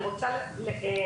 אני רוצה לקוות,